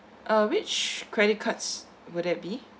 uh which credit cards would that be